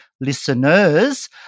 listeners